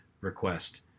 request